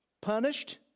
punished